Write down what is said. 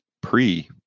pre